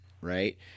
right